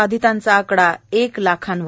बधितांचा आकडा एक लाखावर